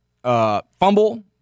Fumble